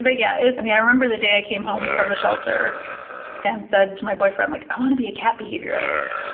but yeah. yeah i mean, i remember the day i came home from the shelter and said to my boyfriend, like, i want to be a cat behaviorist.